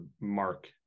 mark